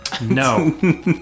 No